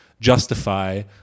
justify